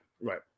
Right